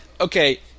Okay